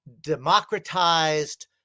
democratized